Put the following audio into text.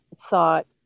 thought